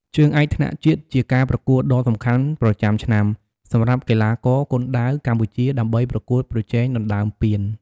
ជើងឯកថ្នាក់ជាតិ ជាការប្រកួតដ៏សំខាន់ប្រចាំឆ្នាំសម្រាប់កីឡាករគុនដាវកម្ពុជាដើម្បីប្រកួតប្រជែងដណ្ដើមពាន។